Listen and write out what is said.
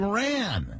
ran